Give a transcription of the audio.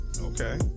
Okay